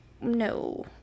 no